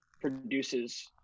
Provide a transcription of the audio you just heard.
produces